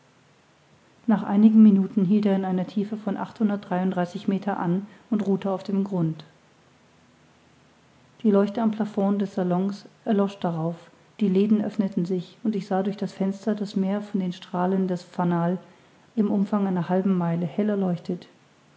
nach einigen minuten hielt er in einer tiefe von achthundertdreiunddreißig meter an und ruhte auf dem grund die leuchte am plafond des salons erlosch darauf die läden öffneten sich und ich sah durch die fenster das meer von den strahlen des fanal im umfang einer halben meile hell erleuchtet